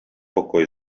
pokoj